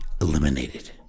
eliminated